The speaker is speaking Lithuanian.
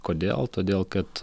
kodėl todėl kad